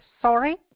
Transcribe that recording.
Sorry